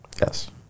Yes